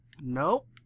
Nope